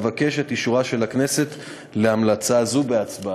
אבקש את אישורה של הכנסת להמלצה זו בהצבעה.